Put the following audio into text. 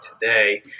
today